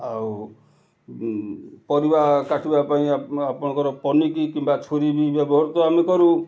ଆଉ ପରିବା କାଟିବା ପାଇଁ ଆପଣଙ୍କର ପନିକି କିମ୍ବା ଛୁରୀ ବି ବ୍ୟବହୃତ ଆମେ କରୁ